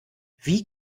wie